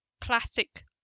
classic